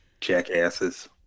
Jackasses